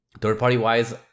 Third-party-wise